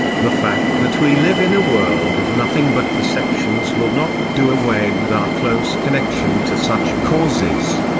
the fact that we live in a world of nothing but perceptions will not do away with our close connection to such causes.